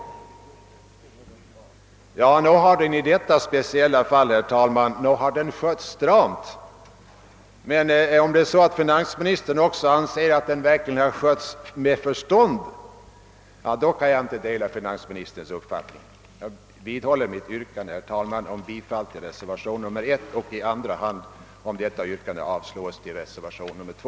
Ja, nog har den i detta speciella fall, herr talman, skötts stramt, men om finansministern också anser att den verkligen har skötts med förstånd — då kan jag inte dela hans uppfattning. Jag upprepar mitt yrkande, herr talman, om bifall till reservationen 1 och yrkar i andra hand, om detta yrkande avslås, bifall till reservationen 2.